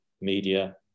media